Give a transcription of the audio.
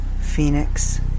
phoenix